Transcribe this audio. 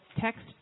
text